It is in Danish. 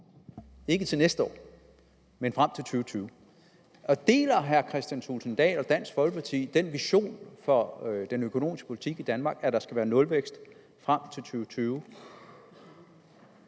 ikke til næste år, men frem til 2020. Deler hr. Kristian Thulesen Dahl og Dansk Folkeparti den vision for den økonomiske politik i Danmark, at det skal være nulvækst frem til 2020?